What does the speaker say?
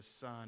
son